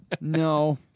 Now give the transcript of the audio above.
No